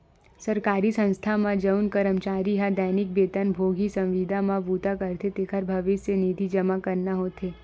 सरकारी संस्था म जउन करमचारी ह दैनिक बेतन भोगी, संविदा म बूता करथे तेखर भविस्य निधि जमा करना होथे